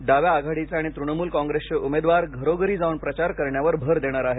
डाव्या आघाडीचे आणि तृणमूल कॉंग्रेसचे उमेदवार घरोघरी जावून प्रचार करण्यावर भर देणार आहेत